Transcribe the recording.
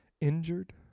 injured